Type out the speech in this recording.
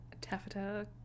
Taffeta